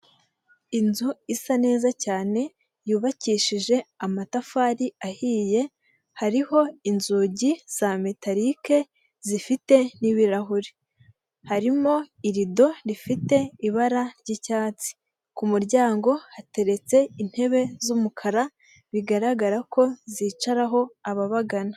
Inzu isa neza cyane, yubakishije amatafari ahiye, hariho inzugi za metarike, zifite n'ibirahure, harimo irido rifite ibara ry'icyatsi. Ku muryango hateretse intebe z'umukara bigaragara ko zicaraho ababagana.